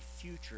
future